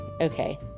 Okay